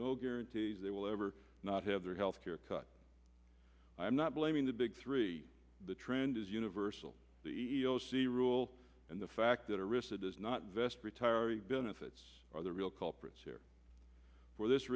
no guarantees they will ever not have their health care cut i'm not blaming the big three the trend is universal the e e o c rule and the fact that arista does not vest retiree benefits are the real culprits here for this